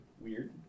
weird